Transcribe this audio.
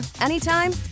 anytime